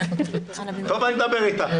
טוב, אני אדבר איתה.